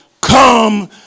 come